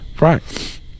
Right